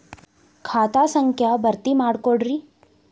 ಖಾತಾ ಸಂಖ್ಯಾ ಭರ್ತಿ ಮಾಡಿಕೊಡ್ರಿ